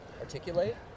articulate